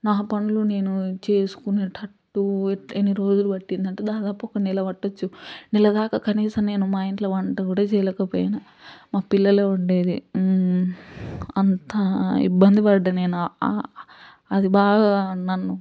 నా పనులు నేను చేసుకునేటట్టు ఎన్నిరోజులు పట్టిందంటే దాదాపు ఒక నెల పట్టచ్చు నెలదాకా కనీసం నేను మా ఇంట్లో వంట కూడా చేయలేకపోయినా మా పిల్లలే వండేది అంతా ఇబ్బంది పడ్దా నేను ఆ ఆ అది బాగా